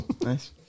nice